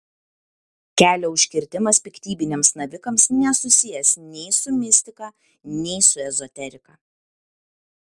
kelio užkirtimas piktybiniams navikams nesusijęs nei su mistika nei su ezoterika